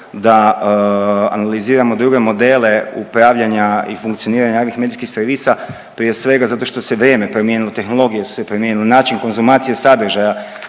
da analiziramo druge modele upravljanja i funkcioniranja javnih medijskih servisa prije svega zato što se vrijeme promijenilo, tehnologije su se promijenile, način konzumacije sadržaja